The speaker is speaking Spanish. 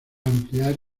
ampliar